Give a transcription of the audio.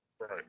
right